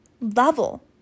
level